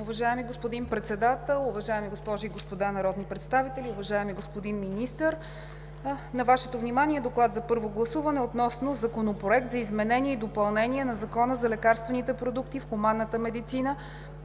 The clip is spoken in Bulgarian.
Уважаеми господин Председател, уважаеми госпожи и господа народни представители, уважаеми господин Министър! На Вашето внимание е: „ДОКЛАД за първо гласуване относно Законопроект за изменение и допълнение на Закона за лекарствените продукти в хуманната медицина,